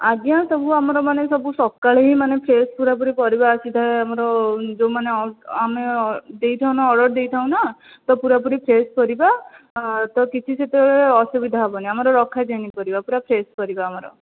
ଆଜ୍ଞା ସବୁ ଆମର ମାନେ ସବୁ ସକାଳୁ ହିଁ ମାନେ ଫ୍ରେସ୍ ପୁରାପୁରି ପରିବା ଆସିଥାଏ ଆମର ଯେଉଁମାନେ ଆମେ ଦେଇଥାଉ ନା ଅର୍ଡ଼ର୍ ଦେଇଥାଉ ନା ତ ପୁରା ପୁରି ଫ୍ରେସ୍ ପରିବା ତ କିଛି ସେଥିରେ ଅସୁବିଧା ହେବନି ଆମର ରଖାଯାଏନି ପରିବା ପୁରା ଫ୍ରେସ୍ ପରିବା ଆମର